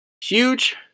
huge